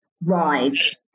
rise